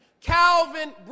Calvin